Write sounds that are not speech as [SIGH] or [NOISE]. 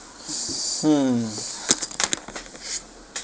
[BREATH] mm [BREATH]